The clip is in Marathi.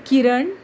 किरण